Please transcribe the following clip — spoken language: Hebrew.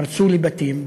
פרצו לבתים,